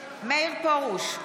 מאיר פרוש,